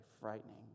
frightening